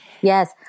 yes